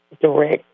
direct